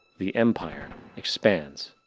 the empire expands.